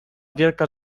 wielka